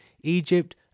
egypt